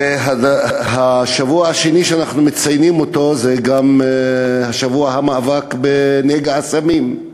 השבוע הנוסף שאנחנו מציינים הוא שבוע המאבק בנגע הסמים.